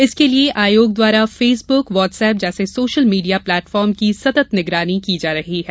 इसके लिए आयोग द्वारा फेसबुक वाट्सएप जैसे सोशल मीडिया प्लेटफार्म की सतत निगरानी की जा रही है